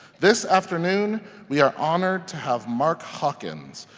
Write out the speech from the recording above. this afternoon we are honored to have mark hawkins.